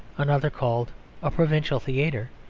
another called a provincial theatre,